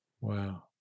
wow